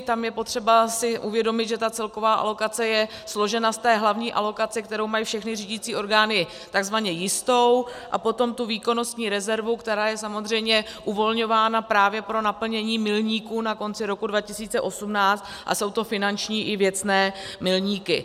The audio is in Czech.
Tam je potřeba si uvědomit, že celková alokace je složena z té hlavní alokace, kterou mají všechny řídicí orgány tzv. jistou, a potom tu výkonnostní rezervu, která je samozřejmě uvolňována právě pro naplnění milníků na konci roku 2018, a jsou to finanční i věcné milníky.